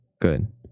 good